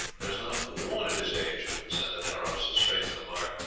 there is not one of his age who can send an arrow so straight to the mark,